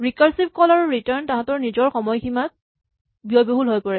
recursive call আৰু return তাহাঁতৰ নিজৰ সময়সীমাত ব্যয়বহুল হৈ পৰে